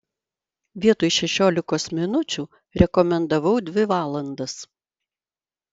vietoj šešiolikos minučių rekomendavau dvi valandas